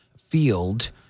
field